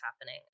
happening